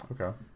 okay